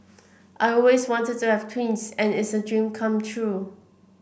I always wanted to have twins and it's a dream come true